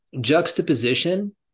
juxtaposition